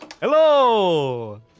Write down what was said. Hello